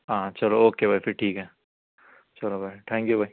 آں چلو اوکے بھائی پھر ٹھیک ہے چلو بھائی تھینک یو بھائی